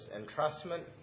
entrustment